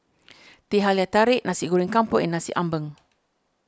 Teh Halia Tarik Nasi Goreng Kampung and Nasi Ambeng